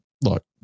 look